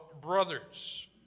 brothers